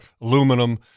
aluminum